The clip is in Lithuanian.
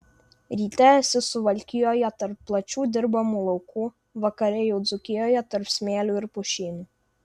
ryte esi suvalkijoje tarp plačių dirbamų laukų vakare jau dzūkijoje tarp smėlių ir pušynų